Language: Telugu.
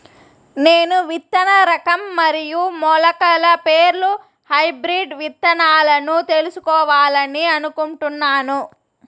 నేను విత్తన రకం మరియు మొలకల పేర్లు హైబ్రిడ్ విత్తనాలను తెలుసుకోవాలని అనుకుంటున్నాను?